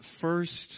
first